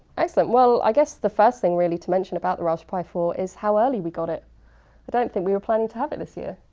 excellent, well i guess, the first thing really to mention about the rasberry pi four is how early we got it. i don't think we were planning to have it this year.